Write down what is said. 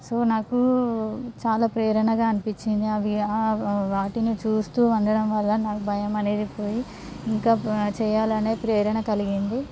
so నాకు చాలా ప్రేరణగా అనిపించింది అవి వాటిని చూస్తు వండడం వల్ల నాకు భయం అనేది పోయి ఇంకా చేయాలి అనే ప్రేరణ కలిగింది